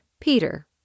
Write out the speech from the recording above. Peter